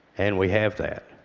and we have that,